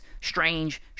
Strange